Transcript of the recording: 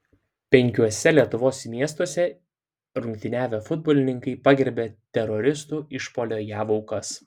penkiuose lietuvos miestuose rungtyniavę futbolininkai pagerbė teroristų išpuolio jav aukas